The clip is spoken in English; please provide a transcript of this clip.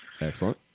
Excellent